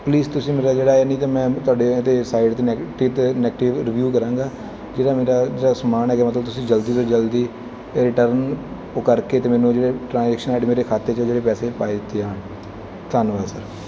please ਤੁਸੀਂ ਮੇਰਾ ਜਿਹੜਾ ਇਹ ਨਹੀਂ ਤਾਂ ਮੈਂ ਤੁਹਾਡੇ 'ਤੇ ਸਾਈਟ 'ਤੇ ਨੈਗਟਿਵ ਅਤੇ ਨੈਗਟਿਵ ਰਿਵਿਊ ਕਰਾਂਗਾ ਜਿਹਦਾ ਮੇਰਾ ਜਿਹੜਾ ਸਮਾਨ ਹੈਗਾ ਮਤਲਬ ਤੁਸੀਂ ਜਲਦੀ ਤੋਂ ਜਲਦੀ ਇਹ ਰਿਟਰਨ ਉਹ ਕਰਕੇ ਅਤੇ ਮੈਨੂੰ ਜਿਹੜੇ ਟਰਾਂਜੈਕਸ਼ਨ ਆਈ ਡੀ ਮੇਰੇ ਖ਼ਾਤੇ 'ਚ ਜਿਹੜੇ ਪੈਸੇ ਪਾਏ ਦਿੱਤੇ ਜਾਣ ਧੰਨਵਾਦ ਸਰ